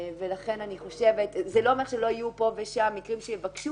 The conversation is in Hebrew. ולכן אני חושבת זה לא אומר שלא יהיו פה ושם מקרים שיבקשו,